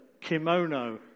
kimono